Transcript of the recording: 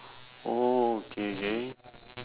orh K K